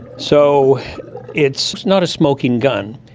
so it's not a smoking gun.